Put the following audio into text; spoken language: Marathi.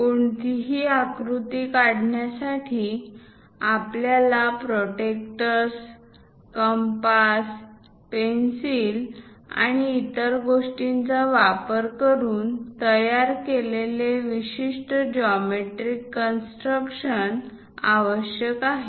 कोणतीही आकृती काढण्यासाठी आपल्याला प्रोटॅक्टर्स कंपास पेन्सिल आणि इतर गोष्टींचा वापर करून तयार केलेले विशिष्ट जॉमेट्रीक कन्स्ट्रक्शन आवश्यक आहे